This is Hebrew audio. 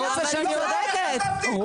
אתה רוצה שאני ------ מה יש לכם?